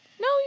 No